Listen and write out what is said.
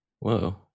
Whoa